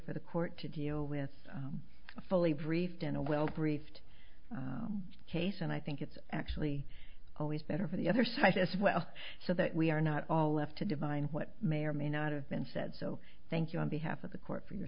for the court to deal with fully briefed in a well briefed case and i think it's actually always better for the other side as well so that we are not all left to divine what may or may not have been said so thank you on behalf of the court for your